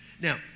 Now